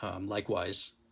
likewise